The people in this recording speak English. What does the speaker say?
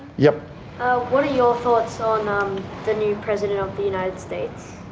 yeah what are your thoughts on um the new president of the united states?